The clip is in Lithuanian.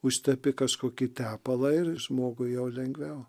užtepi kažkokį tepalą ir žmogui jau lengviau